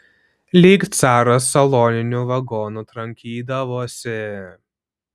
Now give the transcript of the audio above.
lyg caras saloniniu vagonu trankydavosi